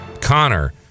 Connor